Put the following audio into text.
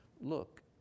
Look